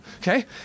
Okay